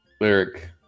lyric